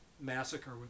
massacre